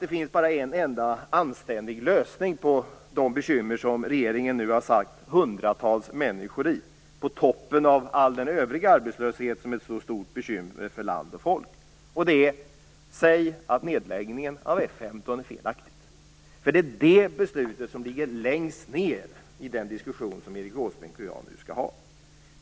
Det finns bara en enda anständig lösning på de bekymmer som regeringen nu har försatt hundratals människor i, på toppen av all den övriga arbetslöshet som är ett så stort bekymmer för land och folk, och det är: Säg att nedläggningen av F 15 är felaktig! Det är det beslut som ligger längst ned i den diskussion som Erik Åsbrink och jag nu skall föra.